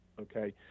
Okay